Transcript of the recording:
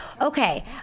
Okay